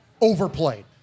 overplayed